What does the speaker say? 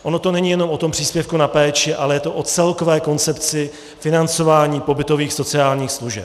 Ono to není jenom o tom příspěvku na péči, ale je to o celkové koncepci financování pobytových sociálních služeb.